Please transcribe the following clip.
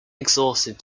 exhausted